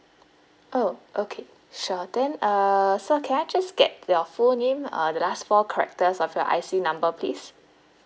oh okay sure then uh sir can I just get your full name uh the last four characters of your I_C number please